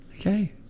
Okay